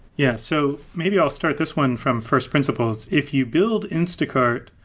yeah. so maybe i'll start this one from first principles. if you build instacart,